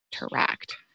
interact